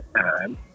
time